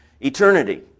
eternity